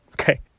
okay